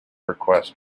request